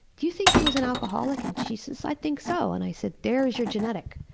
do you think he was an alcoholic? and she says, i think so. and i said, there's your genetic.